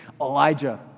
Elijah